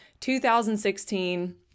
2016